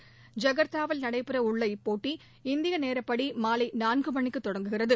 ஐகர்த்தாவில் நடைபெற உள்ள இப்போட்டி இந்திய நேரப்படி மாலை நான்கு மணிக்கு தொடங்குகிறது